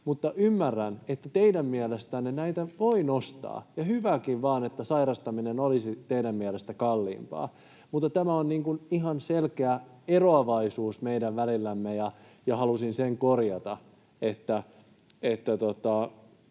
ymmärrän, että teidän mielestänne näitä voi nostaa ja on teidän mielestänne hyväkin vain, että sairastaminen olisi kalliimpaa. Tämä on ihan selkeä eroavaisuus meidän välillämme, ja halusin sen korjata: emme